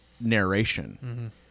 narration